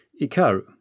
Ikaru